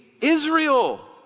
Israel